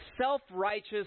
self-righteous